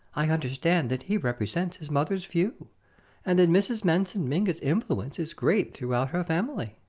i understand that he represents his mother's view and that mrs. manson mingott's influence is great throughout her family.